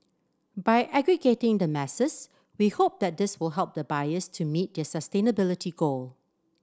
by aggregating the masses we hope that this will help the buyers to meet their sustainability goal